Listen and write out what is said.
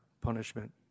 punishment